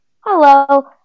Hello